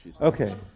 Okay